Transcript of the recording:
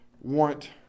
want